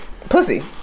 Pussy